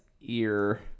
ear